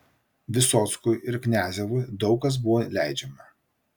vysockui ir kniazevui daug kas buvo leidžiama